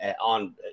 on